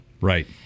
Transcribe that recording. Right